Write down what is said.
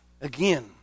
again